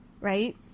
Right